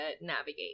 navigate